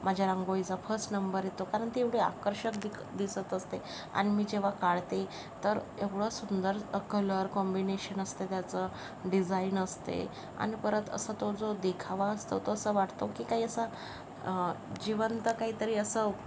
माझ्या रांगोळीचा first number येतो कारण ती एवढी आकर्षक दिक दिसत असते अन मी जेव्हा काढते तर एवढं सुंदर कलर कॉम्बिनेशन असतं त्याचं डिजाईन असते आणि परत असं तो जो देखावा असतो तो असं वाटतो की काही असा जिवंत काहीतरी असं